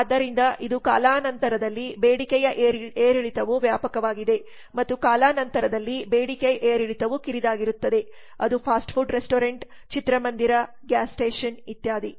ಆದ್ದರಿಂದ ಇದು ಕಾಲಾನಂತರದಲ್ಲಿ ಬೇಡಿಕೆಯ ಏರಿಳಿತವು ವ್ಯಾಪಕವಾಗಿದೆ ಮತ್ತು ಕಾಲಾನಂತರದಲ್ಲಿ ಬೇಡಿಕೆಯ ಏರಿಳಿತವು ಕಿರಿದಾಗಿರುತ್ತದೆ ಅದು ಫಾಸ್ಟ್ ಫುಡ್ ರೆಸ್ಟೋರೆಂಟ್ಚಿತ್ರಮಂದಿರ ಗ್ಯಾಸ್ ಸ್ಟೇಷನ್ ಇತ್ಯಾದಿ